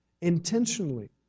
intentionally